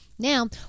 Now